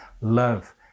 love